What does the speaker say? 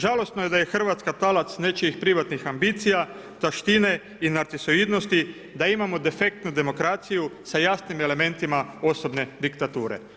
Žalosno da je Hrvatska talac nečijih privatnih ambicija, taštine i narcisoidnosti, da imamo defektnu demokraciju sa jasnim elementima osobne diktature.